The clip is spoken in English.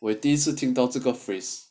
我第一次听到这个 phrase